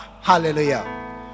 hallelujah